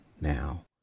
now